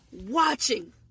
watching